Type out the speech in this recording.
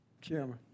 Chairman